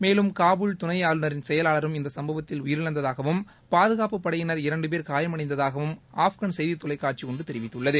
மேலும் காபூல் தனை ஆளுநரின் செயலாளரும் இச்சம்பவத்தில் உயிரிழந்ததாகவும் பாதகாப்புப் படையினர் இரண்டு பேர் காயமடைந்ததாகவும் ஆப்கன் செய்தி தொலைக்காட்சி ஒன்று தெரிவித்துள்ளது